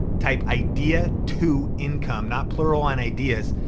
type idea to income, not plural on ideas,